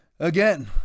Again